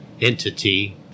entity